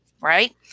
right